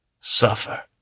suffer